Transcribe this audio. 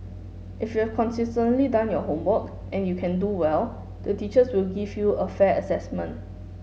if you've consistently done your homework and you can do well the teachers will give you a fair assessment